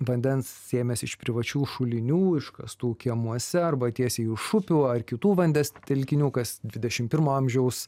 vandens sėmėsi iš privačių šulinių iškastų kiemuose arba tiesiai iš upių ar kitų vandens telkinių kas dvidešim pirmo amžiaus